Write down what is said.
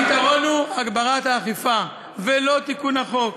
הפתרון הוא הגברת האכיפה ולא תיקון החוק,